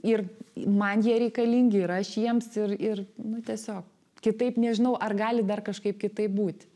ir man jie reikalingi ir aš jiems ir ir nu tiesiog kitaip nežinau ar gali dar kažkaip kitaip būti